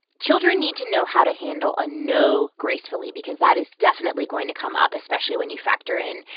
children need to know how to handle a no gracefully because that is definitely going to come up, especially when you factor in,